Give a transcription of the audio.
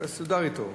סודר אתו.